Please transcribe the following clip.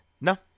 no